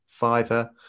Fiverr